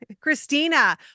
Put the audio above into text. Christina